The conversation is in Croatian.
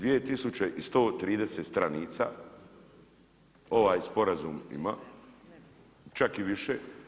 2130 stranica ovaj sporazum ima, čak i više.